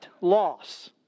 loss